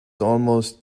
almost